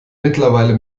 mittlerweile